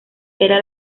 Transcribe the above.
era